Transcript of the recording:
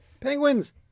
Penguins